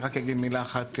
אני רק אגיד מילה אחת,